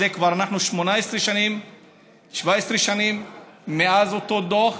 ואנחנו כבר 17 שנים מאז אותו דוח,